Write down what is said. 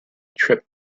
trip